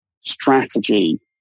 strategy